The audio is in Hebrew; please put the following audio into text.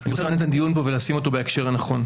אני רוצה לרענן את הדיון כאן ולשים אותו בהקשר הנכון.